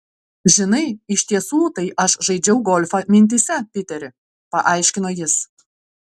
žinai iš tiesų tai aš žaidžiau golfą mintyse piteri paaiškino jis